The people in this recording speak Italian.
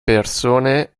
persone